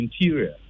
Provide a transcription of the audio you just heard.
Interior